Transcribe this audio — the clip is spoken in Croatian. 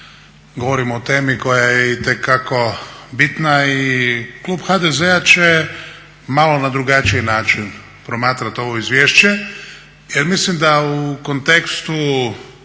govorimo o temi koja je itekako bitna i klub HDZ-a će malo na drugačiji način promatrat ovo izvješće jer mislim da u kontekstu